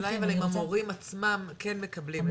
השאלה אם המורים עצמם כן מקבלים.